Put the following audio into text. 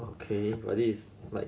okay what is like